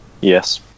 Yes